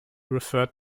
referred